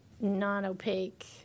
non-opaque